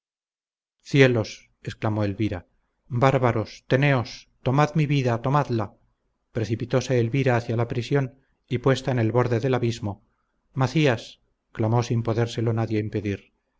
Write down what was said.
cielos exclamó elvira bárbaros teneos tomad mi vida tomadla precipitóse elvira hacia la prisión y puesta en el borde del abismo macías clamó sin podérselo nadie impedir